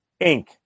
Inc